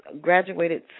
graduated